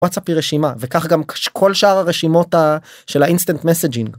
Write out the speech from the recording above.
וואטסאפ היא רשימה וכך גם כל שאר הרשימות של האינסטנט מסייג'ינג.